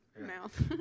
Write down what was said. mouth